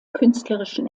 künstlerischen